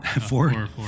Four